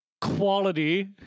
quality